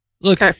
Look